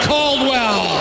Caldwell